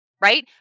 right